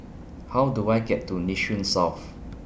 How Do I get to Nee Soon South